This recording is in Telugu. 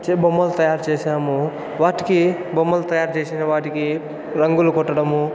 చే బొమ్మలు తయారు చేశాం వాటికి బొమ్మలు తయారు చేసినవాటికి రంగులు కొట్టడము